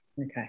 Okay